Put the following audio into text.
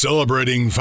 Celebrating